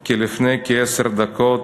כי לפני כעשר דקות